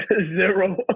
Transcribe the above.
Zero